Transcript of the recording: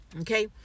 Okay